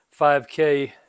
5K